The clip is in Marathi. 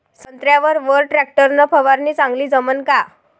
संत्र्यावर वर टॅक्टर न फवारनी चांगली जमन का?